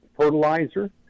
fertilizer